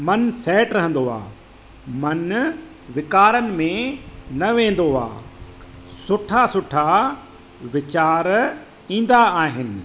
मनु set रहंदो आहे मनु विकारनि में न वेंदो आहे सुठा सुठा वीचार ईंदा आहिनि